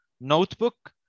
Notebook